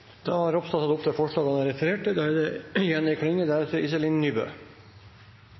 Da har representanten Kjell Ingolf Ropstad tatt opp det forslaget han refererte til.